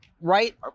Right